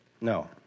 No